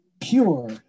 pure